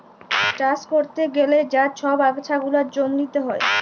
চাষ ক্যরতে গ্যালে যা ছব আগাছা গুলা জমিল্লে হ্যয়